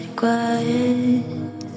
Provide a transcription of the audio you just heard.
quiet